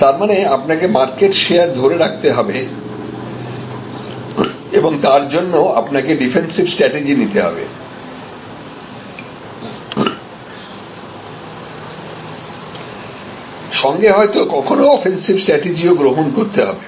তারমানে আপনাকে market share ধরে রাখতে হবে এবং তার জন্য আপনাকে ডিফেন্সিভ স্ট্র্যাটেজি নিতে হবে সঙ্গে হয়তো কখনো অফেন্সিভ স্ট্র্যাটেজি ও গ্রহণ করতে হবে